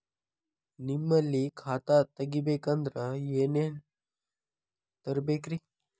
ನಿಮ್ಮಲ್ಲಿ ಖಾತಾ ತೆಗಿಬೇಕಂದ್ರ ಏನೇನ ತರಬೇಕ್ರಿ?